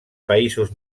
països